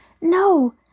No